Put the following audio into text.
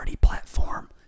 platform